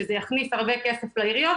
שזה יכניס הרבה כסף לעיריות,